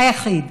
היחיד.